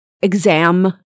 exam